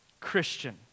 Christian